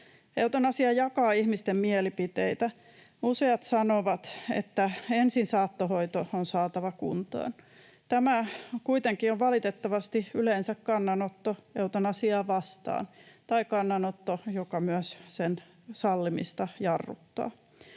Eutanasia jakaa ihmisten mielipiteitä. Useat sanovat, että ensin saattohoito on saatava kuntoon. Tämä kuitenkin on valitettavasti yleensä kannanotto eutanasiaa vastaan tai kannanotto, joka sen sallimista jarruttaa.